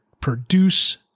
produce